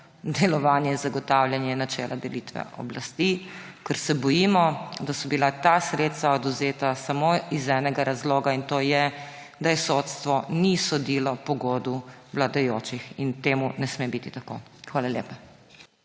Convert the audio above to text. delovanje zagotavljanja načela delitve oblasti, ker se bojimo, da so bila ta sredstva odvzeta samo iz enega razloga, in to je, da sodstvo ni sodilo pogodu vladajočih in temu ne sme biti tako. Hvala lepa.